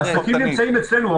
העסקים נמצאים אצלנו,